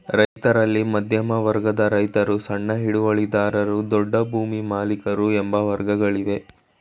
ರೈತರಲ್ಲಿ ಮಧ್ಯಮ ವರ್ಗದ ರೈತರು, ಸಣ್ಣ ಹಿಡುವಳಿದಾರರು, ದೊಡ್ಡ ಭೂಮಾಲಿಕರು ಎಂಬ ವರ್ಗಗಳಿವೆ